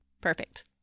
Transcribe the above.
Perfect